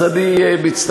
אז אני מצטער,